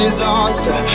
Disaster